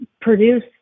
produce